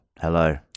Hello